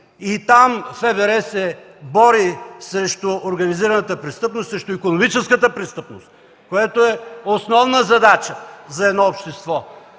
И там ФБР се бори срещу организираната, срещу икономическата престъпност, което е основна задача за едно общество.